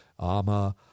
Ama